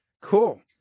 Cool